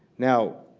now,